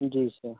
जी sir